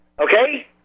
okay